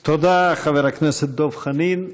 תודה, חבר הכנסת דב חנין.